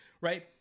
Right